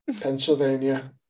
Pennsylvania